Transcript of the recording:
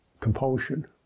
compulsion